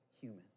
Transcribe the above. human